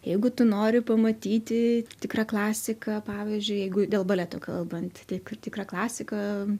jeigu tu nori pamatyti tikrą klasiką pavyzdžiui jeigu dėl baleto kalbant tik tikrą klasiką